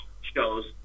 shows